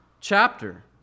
chapter